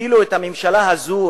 הממשלה הזו,